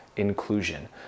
inclusion